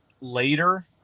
later